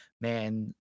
man